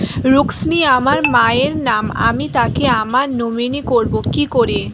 রুক্মিনী আমার মায়ের নাম আমি তাকে আমার নমিনি করবো কি করে?